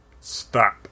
Stop